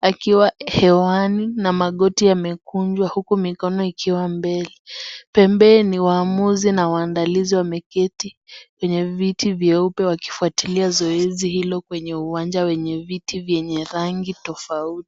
akiwa hewani namagoti yamekunjwa huku mikono ikiwa mbele. Pembeni, waamuzi na waandalizi wameketi kwenye viti vyeupe wakifuatilia zoezi hilo kwenye uwanja wenye viti vyenye rangi tofauti.